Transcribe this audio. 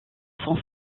son